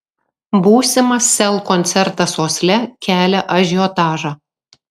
būsimas sel koncertas osle kelia ažiotažą